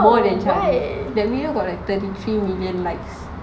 more than the video got like thirty three million likes